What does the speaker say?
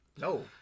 No